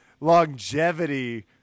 longevity